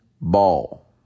ball